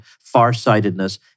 far-sightedness